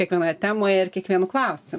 tema kiekvienoje temoje ir kiekvienu klausimu